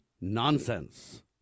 nonsense